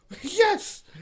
Yes